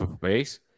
base